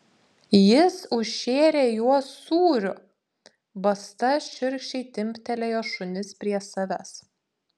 jis užšėrė juos sūriu basta šiurkščiai timptelėjo šunis prie savęs